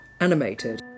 animated